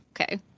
okay